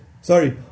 sorry